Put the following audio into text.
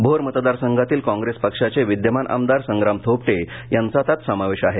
भोर मतदार संघातील काँप्रेस पक्षाचे विद्यमान आमदार संग्राम थोपटे यांचा त्यात समावेश आहे